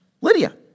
Lydia